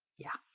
yeah,